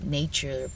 nature